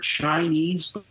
Chinese